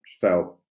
felt